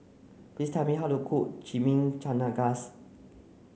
please tell me how to cook Chimichangas